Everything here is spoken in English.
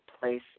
place